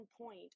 point